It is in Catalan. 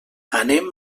anem